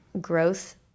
growth